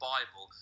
Bible